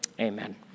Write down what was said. amen